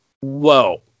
Whoa